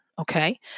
Okay